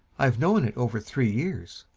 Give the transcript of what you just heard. i've known it over three years.